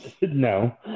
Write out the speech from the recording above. no